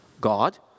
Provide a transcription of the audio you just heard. God